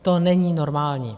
To není normální.